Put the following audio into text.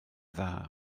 dda